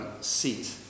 seat